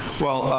well.